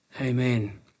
Amen